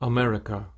America